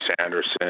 Sanderson